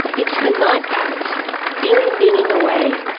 it's the night parrots ding-dinging away.